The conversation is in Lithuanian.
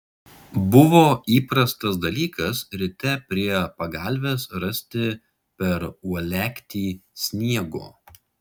buvo įprastas dalykas ryte prie pagalvės rasti per uolektį sniego